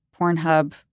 Pornhub